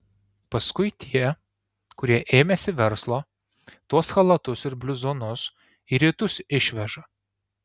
paskui tie kurie ėmėsi verslo tuos chalatus ir bliuzonus į rytus išveža